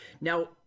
now